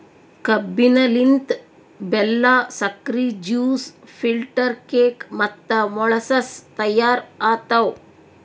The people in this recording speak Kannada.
ಕಬ್ಬಿನ ಲಿಂತ್ ಬೆಲ್ಲಾ, ಸಕ್ರಿ, ಜ್ಯೂಸ್, ಫಿಲ್ಟರ್ ಕೇಕ್ ಮತ್ತ ಮೊಳಸಸ್ ತೈಯಾರ್ ಆತವ್